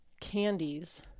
candies